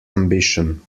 ambition